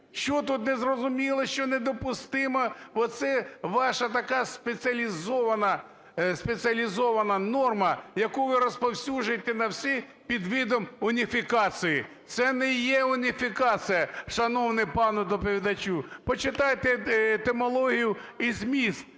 Що тут не зрозуміло, що недопустимо оце ваша така спеціалізована норма, яку ви розповсюджуєте на все під видом уніфікації. Це не є уніфікація, шановний пане доповідачу! Почитайте етимологію і зміст,